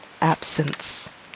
absence